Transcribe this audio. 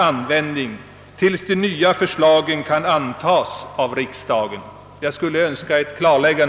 användning, tills de nya förslagen kan antagas av riksdagen?